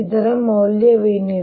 ಮತ್ತು ಈ ಮೌಲ್ಯ ಏನು